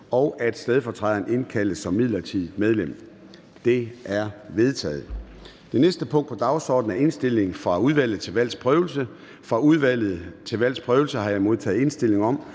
og at stedfortræderen indkaldes som midlertidigt medlem. Det er vedtaget. --- Det næste punkt på dagsordenen er: 3) Indstilling fra Udvalget til Valgs Prøvelse: Godkendelse af stedfortræder som midlertidigt